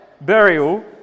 burial